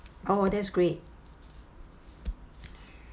oh that's great